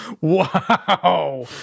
Wow